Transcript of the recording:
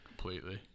completely